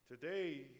Today